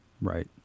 right